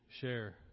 share